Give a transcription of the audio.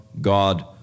God